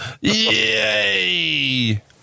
Yay